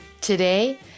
Today